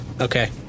Okay